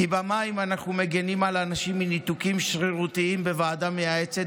כי במים אנחנו מגינים על האנשים מניתוקים שרירותיים בוועדה מייעצת,